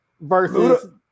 versus